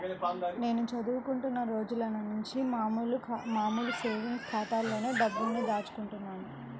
నేను చదువుకుంటున్న రోజులనుంచి మామూలు సేవింగ్స్ ఖాతాలోనే డబ్బుల్ని దాచుకుంటున్నాను